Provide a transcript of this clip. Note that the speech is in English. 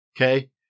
Okay